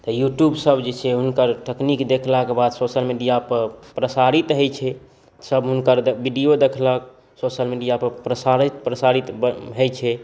तऽ यूटयूब सभ जे छै हुनकर तकनीक देखलाक बाद सोशल मिडिया पर प्रसारित होइ छै सभ हुनकर वीडियो देखलक सोशल मिडिया पर प्रसारित होइ छै